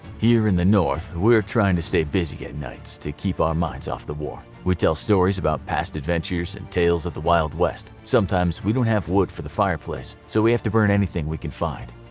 here in the north we try and to stay busy at night to keep our minds off the war. we tell stories about past adventures and tales of the wild west. sometimes we don't have wood for the fireplace, so we have to burn anything we can find.